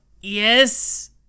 Yes